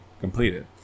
completed